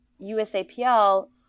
USAPL